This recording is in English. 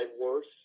worse